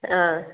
ಹಾಂ